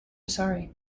sorry